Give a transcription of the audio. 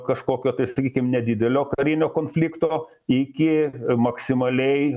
kažkokio tai sakykim nedidelio karinio konflikto iki maksimaliai